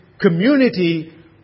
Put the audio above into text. community